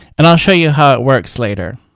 and i'll show you how it works later.